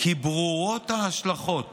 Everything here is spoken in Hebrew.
כי ברורות ההשלכות